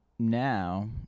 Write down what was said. Now